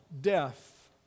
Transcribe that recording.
death